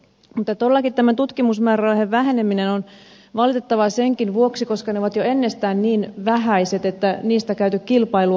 ja todellakin tämä tutkimusmäärärahojen väheneminen on valitettavaa senkin vuoksi että ne ovat jo ennestään niin vähäiset että niistä käyty kilpailu on kovaa